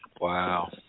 Wow